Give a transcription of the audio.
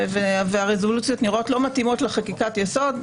והרזולוציות נראות לא מתאימות לחקיקת יסוד.